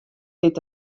dit